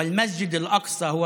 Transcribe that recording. ומסגד אל-אקצא הוא